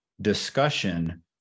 discussion